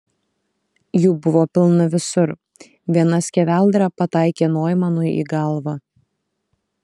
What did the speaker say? jų buvo pilna visur viena skeveldra pataikė noimanui į galvą